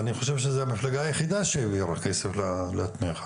אני חושב שזו המפלגה היחידה שהעבירה כסף לתמיכה.